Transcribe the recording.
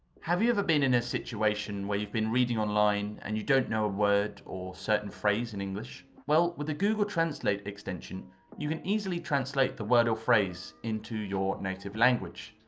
have you ever been in a situation where you've been reading online and you don't know a word or certain phrase in english well, with the google translate extension you can easily translate the word or phrase into your native language.